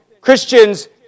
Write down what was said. Christians